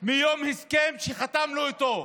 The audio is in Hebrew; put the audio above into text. מיום ההסכם שחתמנו איתו.